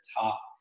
top